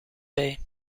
bay